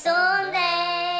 Sunday